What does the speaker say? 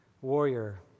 warrior